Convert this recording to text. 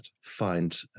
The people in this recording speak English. find